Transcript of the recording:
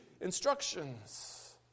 instructions